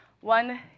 one